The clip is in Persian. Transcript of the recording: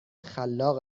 خلاق